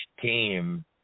team